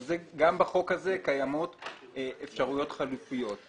אבל גם בחוק הזה קיימות אפשרויות חלופיות.